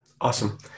Awesome